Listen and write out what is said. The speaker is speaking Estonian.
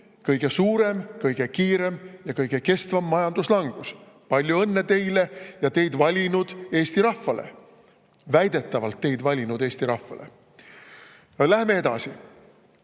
kõige suurem, kõige kiirem ja kõige kestvam majanduslangus. Palju õnne teile ja teid valinud Eesti rahvale, väidetavalt teid valinud Eesti rahvale! Läheme edasi.